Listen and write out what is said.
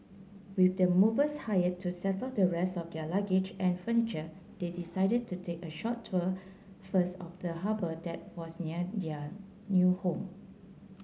with the movers hire to settle the rest of their luggage and furniture they decided to take a short tour first of the harbour that was near their new home